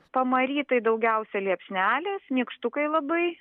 pamary tai daugiausia liepsnelės nykštukai labai